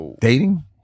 dating